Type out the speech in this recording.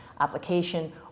application